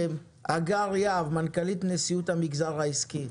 הגר יהב מנכ"לית נשיאות המגזר העסקי.